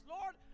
Lord